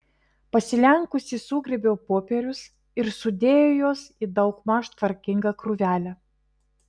pasilenkusi sugrėbiau popierius ir sudėjau juos į daugmaž tvarkingą krūvelę